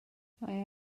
mae